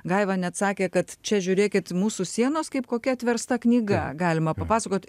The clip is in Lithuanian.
gaiva net sakė kad čia žiūrėkit mūsų sienos kaip kokia atversta knyga galima papasakot